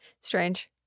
Strange